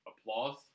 applause